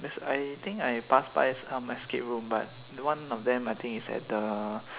as I think I passed by some escape room but one of them I think is at the